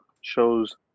shows